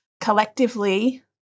collectively